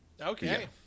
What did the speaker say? Okay